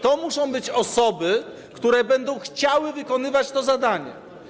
To muszą być osoby, które będą chciały wykonywać to zadanie.